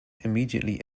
immediately